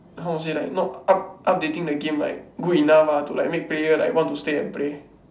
how to say like not up~ updating the game like good enough ah to like make player like want to stay and play